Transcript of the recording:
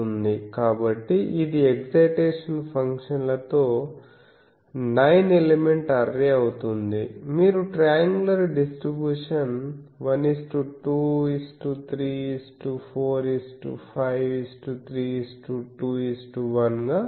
అవుతుంది కాబట్టి ఇది ఎక్సైటేషన్ ఫంక్షన్లతో నైన్ ఎలిమెంట్ అర్రే అవుతుంది మీరు ట్రయాంగులర్ డిస్ట్రిబ్యూషన్1 2 3 4 5 3 2 1 ను చూస్తారు